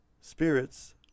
Spirits